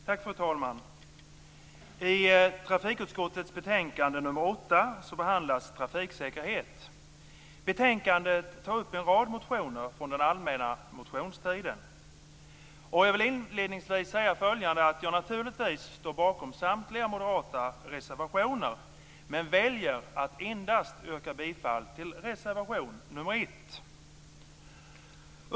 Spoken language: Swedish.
Fru talman! I trafikutskottets betänkande nr 8 behandlas trafiksäkerhet. Betänkandet tar upp en rad motioner från den allmänna motionstiden. Jag vill inledningsvis säga att jag naturligtvis står bakom samtliga moderata reservationer men väljer att endast yrka bifall till reservation nr 1.